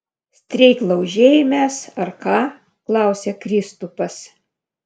streiklaužiai mes ar ką klausia kristupas